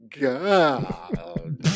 god